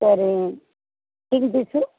சரி king fizz